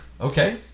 Okay